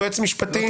יועץ משפטי?